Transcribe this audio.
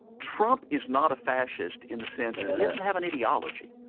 trump is not a fascist in the sense that he doesn't have an ideology.